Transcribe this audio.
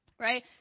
Right